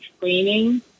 training